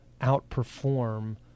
outperform